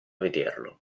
vederlo